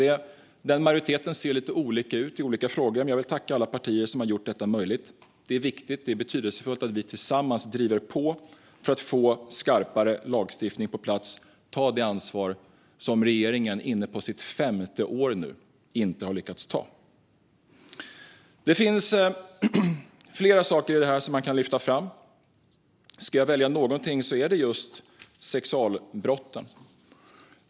Denna majoritet ser lite olika ut i olika frågor. Men jag vill tacka alla partier som har gjort detta möjligt. Det är viktigt och betydelsefullt att vi tillsammans driver på för att få skarpare lagstiftning på plats och ta det ansvar som regeringen, som nu är inne på sitt femte år, inte har lyckats ta. Det finns flera saker som kan lyftas fram. Ska jag välja någonting är det just sexualbrotten.